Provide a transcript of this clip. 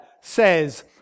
says